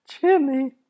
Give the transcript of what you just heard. Jimmy